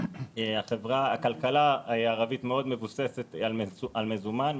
הכלכלה הערבית מאוד מבוססת על מזומן,